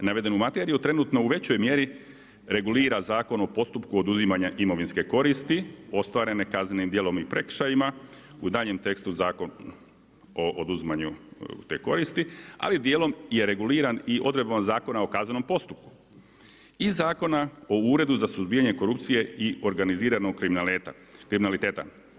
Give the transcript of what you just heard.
Navedenu materiju trenutno u većoj mjeri regulira Zakon u postupku oduzimanja imovinske koristi ostvarene kaznenim djelom i prekršajima, u daljnjem tekstu Zakon o oduzimanju te koristi ali dijelom je reguliran odredbama Zakona o kaznenom postupku i Zakona o uredu za suzbijanje korupcije i organiziranog kriminaliteta.